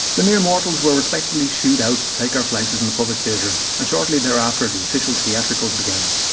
the mere mortals were respectfully shoed out to take our places in the public theatre and shortly thereafter the official theatricals began.